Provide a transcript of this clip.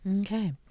Okay